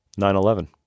9-11